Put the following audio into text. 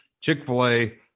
chick-fil-a